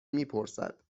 میپرسد